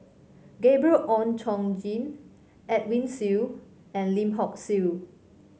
Gabriel Oon Chong Jin Edwin Siew and Lim Hock Siew